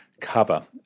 cover